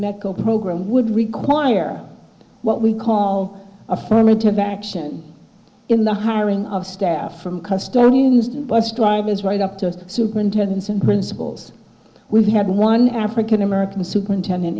medical program would require what we call affirmative action in the hiring of staff from customs bus drivers right up to superintendents and principals we have one african american superintendent